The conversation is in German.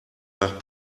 nach